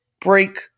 break